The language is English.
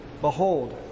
Behold